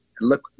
Look